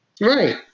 Right